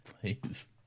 Please